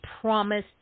promised